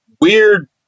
weird